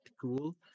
cool